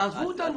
תעזבו אותנו.